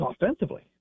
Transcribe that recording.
offensively